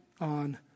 on